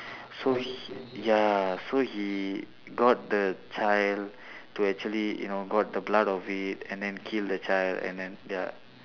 so he ya so he got the child to actually you know got the blood of it and then kill the child and then ya